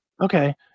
Okay